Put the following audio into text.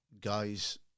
guys